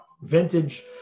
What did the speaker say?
vintage